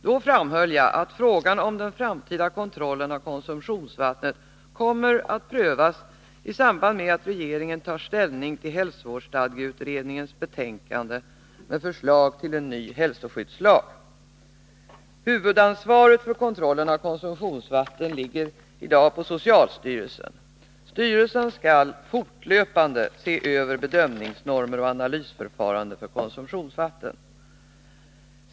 Jag framhöll då att frågan om den framtida kontrollen av konsumtionsvattnet kommer att prövas i samband med att regeringen tar ställning till hälsovårdsstadgeutredningens betänkande med förslag till en ny hälsoskyddslag. Huvudansvaret för kontrollen av konsumtionsvatten ligger på socialstyrelsen. Styrelsen skall fortlöpande se över bedömningsnormer och analysförfarande för konsumtionsvatten.